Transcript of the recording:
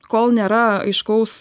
kol nėra aiškaus